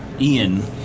Ian